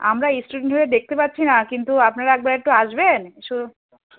আমরা স্টুডেন্টরা দেখতে পাচ্ছি না কিন্তু আপনারা একবার একটু আসবেন সো